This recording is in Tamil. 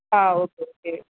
ah okay okay